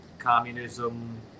Communism